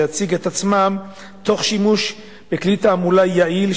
להציג את עצמם תוך שימוש בכלי תעמולה יעיל,